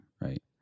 Right